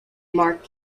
mark